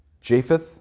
Japheth